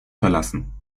verlassen